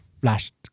flashed